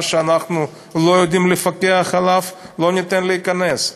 מה שאנחנו לא יודעים לפקח עליו לא ניתן שייכנס,